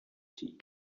tea